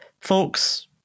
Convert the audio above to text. folks